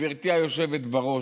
גברתי היושבת בראש,